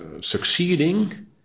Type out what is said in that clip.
succeeding